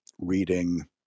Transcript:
reading